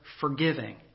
forgiving